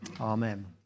Amen